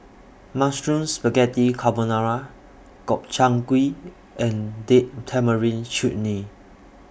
Mushroom Spaghetti Carbonara Gobchang Gui and Date Tamarind Chutney